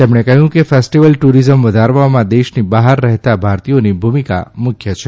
તેમણે કહથું કે ફેસ્ટીવલ ટુરીઝમ વધારવામાં દેશની બહાર રહેતા ભારતીયોની ભૂમિકા મુખ્ય છે